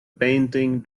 painting